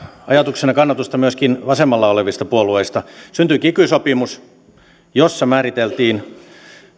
ajatuksena kannatusta myöskin vasemmalla olevissa puolueissa syntyi kiky sopimus jossa määriteltiin